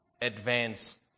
advance